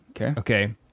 Okay